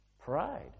Pride